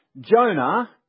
Jonah